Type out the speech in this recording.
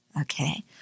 Okay